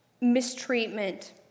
mistreatment